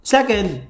Second